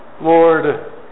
Lord